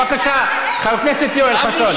בבקשה, חבר הכנסת יואל חסון.